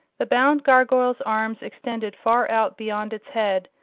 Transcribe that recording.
the bound gargoyle's arms extended far out beyond its head,